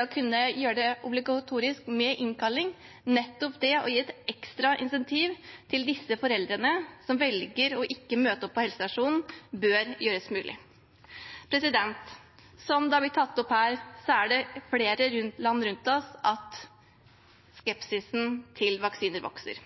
å kunne gjøre det obligatorisk med innkalling, nettopp det å gi et ekstra incentiv til disse foreldrene som velger å ikke møte opp på helsestasjonen, bør være mulig. Som det har blitt tatt opp her, vokser skepsisen til vaksiner i flere land rundt oss.